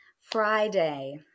friday